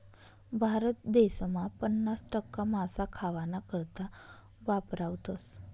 भारत देसमा पन्नास टक्का मासा खावाना करता वापरावतस